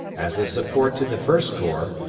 as a support to the first corps,